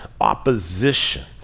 opposition